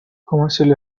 commercially